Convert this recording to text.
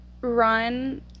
run